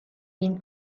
been